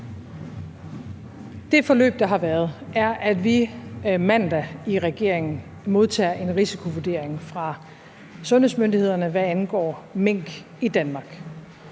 Det forløb, der har været, er, at vi mandag i regeringen modtager en risikovurdering fra sundhedsmyndighederne, hvad angår mink i Danmark.